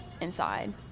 inside